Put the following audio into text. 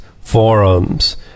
forums